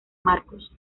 marcus